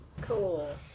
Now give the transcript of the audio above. Cool